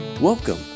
Welcome